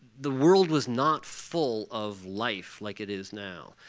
the world was not full of life like it is now.